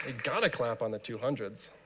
ah got to clap on the two hundred